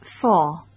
four